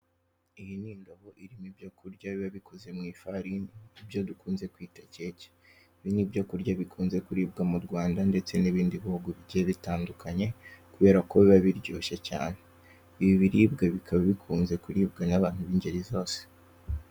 Iyi ni indobo irimo ibyo kurya biba bikozwe mu ifarini ibyo dukunze kwita keke. Ibi ni ibyo kurya bikunze kuribwa mu Rwanda ndetse n' ibindi bihugu bigiye bitandukanye kubera ko biba biryoshye cyane. Ibi biribwa bikaba bikunze kuribwa n' abantu bingeri zose.